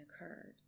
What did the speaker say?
occurred